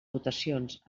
votacions